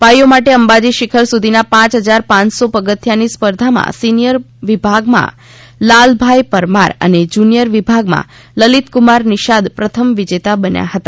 ભાઈઓ માટે અંબાજી શિખર સુધીના પાંચ હજાર પાંચસો પગથિયાંની સ્પર્ધામાં સિનિયર વિભાગમાં લાલભાઈ પરમાર અને જુનિયર વિભાગમાં લલિતકુમાર નિશાદ પ્રથમ વિજેતા બન્યા હતા